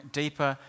deeper